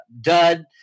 Dud